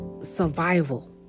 survival